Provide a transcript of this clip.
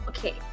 Okay